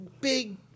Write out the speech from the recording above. big